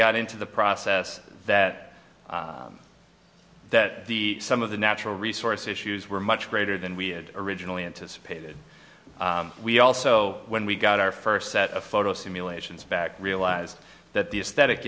got into the process that that the some of the natural resource issues were much greater than we had originally anticipated we also when we got our first set of photo simulations back realized that the aesthetic